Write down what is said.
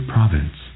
Province